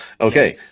Okay